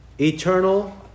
eternal